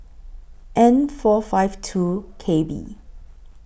N four five two K B